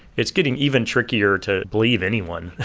it's getting even trickier to believe anyone,